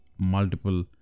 multiple